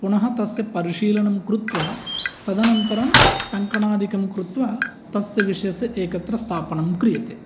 पुनः तस्य परिशीलनं कृत्वा तदनन्तरं टङ्कनादिकं कृत्वा तस्य विषयस्य एकत्र स्थापनं क्रियते